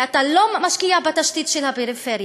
כי אתה לא משקיע בתשתית של הפריפריה,